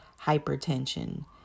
hypertension